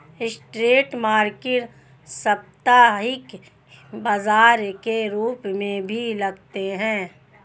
street market साप्ताहिक बाजार के रूप में भी लगते हैं